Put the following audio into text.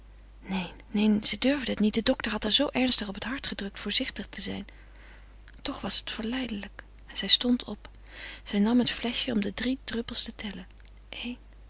neen neen zij durfde het niet de dokter had haar zoo ernstig op het hart gedrukt voorzichtig te zijn toch was het verleidelijk en zij stond op zij nam het fleschje om de drie druppels te tellen